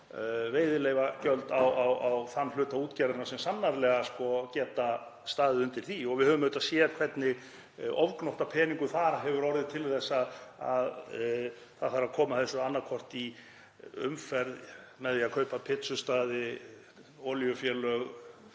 veiðileyfagjöld á þann hluta útgerðarinnar sem getur sannarlega staðið undir því. Við höfum auðvitað séð hvernig ofgnótt af peningum þar hefur orðið til þess að það þarf að koma þessu annaðhvort í umferð með því að kaupa pítsustaði, olíufélög,